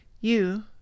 You